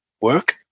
work